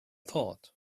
thought